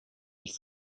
mille